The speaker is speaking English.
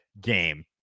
game